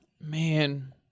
Man